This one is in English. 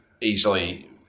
easily